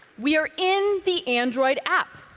we are in the android app.